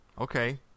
Okay